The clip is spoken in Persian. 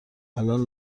الان